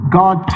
god